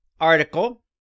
article